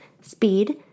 speed